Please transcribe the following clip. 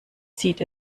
zieht